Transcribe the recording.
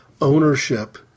ownership